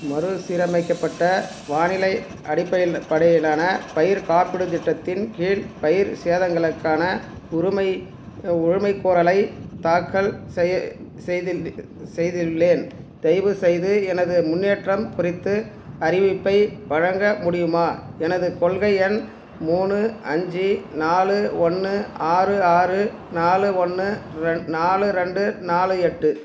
மறுசீரமைக்கப்பட்ட வானிலை அடிப்படையில் படையிலான பயிர்க் காப்பீடுத் திட்டத்தின் கீழ் பயிர் சேதங்களுக்கான உரிமை உரிமைகோரலை தாக்கல் செய்ய செய்தில் செய்தி உள்ளேன் தயவு செய்து எனது முன்னேற்றம் குறித்து அறிவிப்பை வழங்க முடியுமா எனது கொள்கை எண் மூணு அஞ்சு நாலு ஒன்று ஆறு ஆறு நாலு ஒன்று ரெண் நாலு ரெண்டு நாலு எட்டு